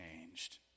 changed